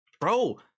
Bro